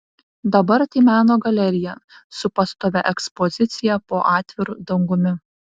dabar tai meno galerija su pastovia ekspozicija po atviru dangumi